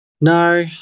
No